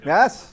Yes